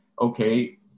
okay